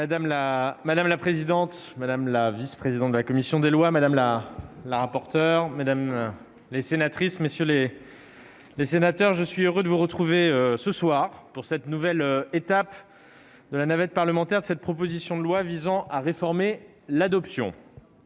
Madame la présidente, madame la vice-présidente de la commission des lois, madame la rapporteure, mesdames les sénatrices, messieurs les sénateurs, je suis heureux de vous retrouver ce soir pour cette nouvelle étape de la navette parlementaire de la proposition de loi visant à réformer l'adoption.